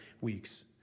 weeks